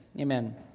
amen